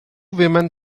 women